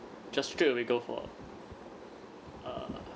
just straight away go for err